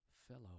fellow